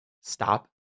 stop